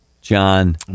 John